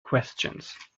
questions